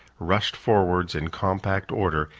rushed forwards in compact order,